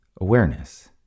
Awareness